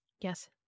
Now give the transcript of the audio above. Yes